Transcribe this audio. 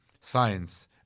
science